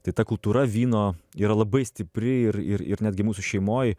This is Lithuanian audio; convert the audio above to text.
tai ta kultūra vyno yra labai stipri ir ir ir netgi mūsų šeimoj